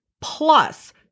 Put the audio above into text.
Plus